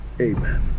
Amen